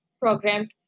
programmed